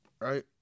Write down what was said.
right